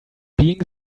being